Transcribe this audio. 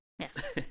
Yes